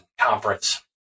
Conference